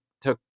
took